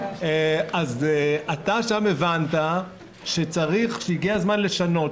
אתה הבנת שהגיע הזמן לשנות,